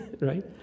right